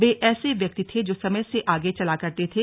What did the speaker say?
वे ऐसे व्यबक्ति थे जो समय से आगे चला करते थे